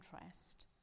interest